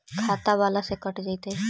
खाता बाला से कट जयतैय?